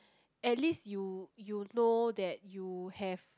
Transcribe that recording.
at least you you know that you have